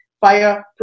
fire